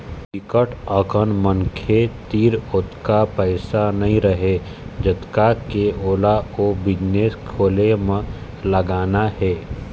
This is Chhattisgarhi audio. बिकट अकन मनखे तीर ओतका पइसा नइ रहय जतका के ओला ओ बिजनेस खोले म लगाना हे